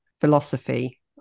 philosophy